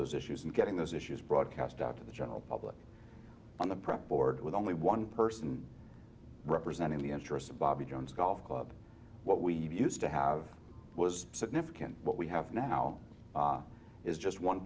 those issues and getting those issues broadcast out to the general public on the prep board with only one person representing the interests of bobby jones golf club what we used to have was significant what we have now is just one